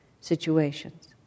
situations